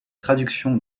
traduction